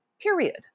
period